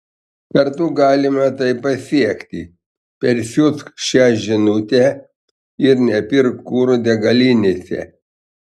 kartu galime tai pasiekti persiųsk šią žinute ir nepirk kuro degalinėse